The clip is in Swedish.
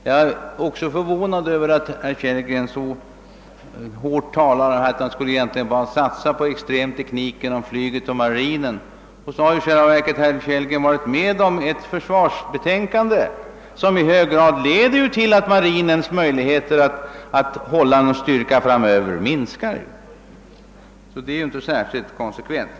Jag är också förvånad över att herr Kellgren talade så varmt för att man egentligen bara borde satsa på flyget och marinen, när herr Kellgren i själva verket har varit med om att utarbeta ett försvarsbetänkande som leder till att marinens möjligheter att behålia sin styrka framöver i hög grad minskar. Det är ju inte särskilt konsekvent.